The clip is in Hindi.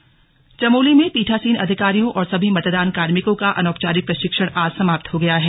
प्रशिक्षण संपन्न चमोली चमोली में पीठासीन अधिकारियों और सभी मतदान कार्मिकों का अनौपचारिक प्रशिक्षण आज समाप्त हो गया है